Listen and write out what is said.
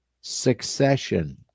Succession